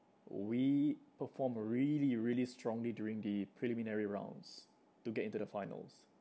we performed really really strongly during the preliminary rounds to get into the finals